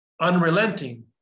unrelenting